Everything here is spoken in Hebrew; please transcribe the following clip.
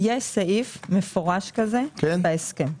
סעיף, מפורש כזה בהסכם.